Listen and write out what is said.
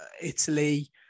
Italy